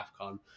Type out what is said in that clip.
AFCON